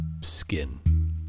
skin